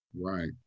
Right